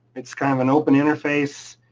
it's kind of an open interface.